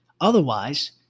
Otherwise